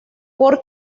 por